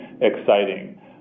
exciting